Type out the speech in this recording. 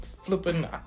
flipping